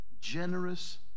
generous